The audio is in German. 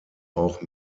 auch